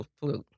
flute